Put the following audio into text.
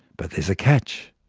but there's a catch.